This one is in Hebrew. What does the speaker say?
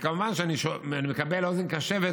וכמובן שאני מקבל אוזן קשבת